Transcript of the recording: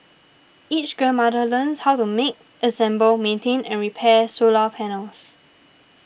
each grandmother learns how to make assemble maintain and repair solar panels